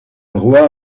roi